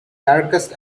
darkest